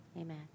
Amen